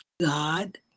God